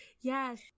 Yes